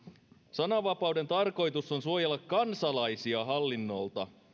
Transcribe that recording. sananvapauden tarkoitus on suojella kansalaisia hallinnolta